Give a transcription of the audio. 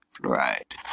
right